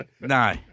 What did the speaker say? No